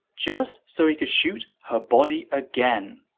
just so he could shoot her body again.